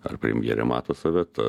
ar premjerė mato save tas